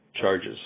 charges